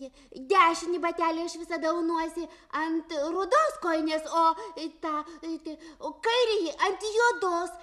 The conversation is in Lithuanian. į dešinį batelį aš visada aunuosi ant rudos kojinės o tą eiti o kairįjį ant juodos